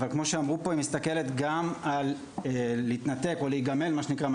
כמו שאמרו פה היא מסתכלת גם על להתנתק או להיגמל